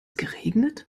geregnet